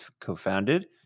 co-founded